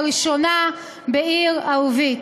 לראשונה בעיר ערבית.